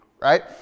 right